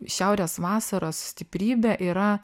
šiaurės vasaros stiprybė yra